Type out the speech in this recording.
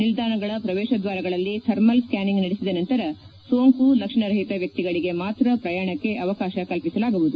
ನಿಲ್ಲಾಣಗಳ ಪ್ರವೇಶದ್ಲಾರಗಳಲ್ಲಿ thermal scanning ನಡೆಸಿದ ನಂತರ ಸೋಂಕು ಲಕ್ಷಣರಹಿತ ವ್ಯಕ್ತಿಗಳಿಗೆ ಮಾತ್ರ ಪ್ರಯಾಣಕ್ಕೆ ಅವಕಾಶ ಕಲ್ಲಿಸಲಾಗುವುದು